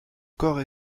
corps